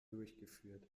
durchgeführt